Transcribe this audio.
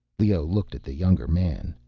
leoh looked at the younger man.